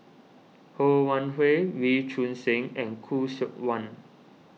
Ho Wan Hui Wee Choon Seng and Khoo Seok Wan